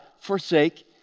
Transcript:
forsake